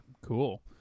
cool